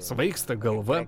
svaigsta galva